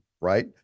right